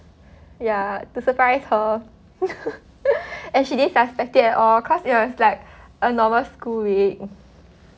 ya to surprise her and she didn't suspect it at all cause it was like a normal school week